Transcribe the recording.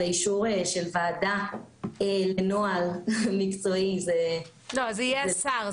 זה אישור של ועדה לנוהל מקצועי --- זה יהיה שר,